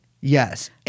Yes